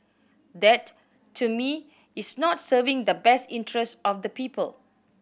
that to me is not serving the best interest of the people